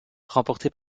remporté